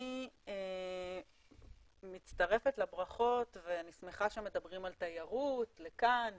אני מצטרפת לברכות ואני שמחה שמדברים על תיירות לכאן והחוצה.